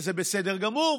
וזה בסדר גמור,